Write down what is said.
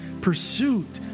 pursuit